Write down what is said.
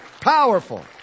powerful